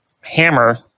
hammer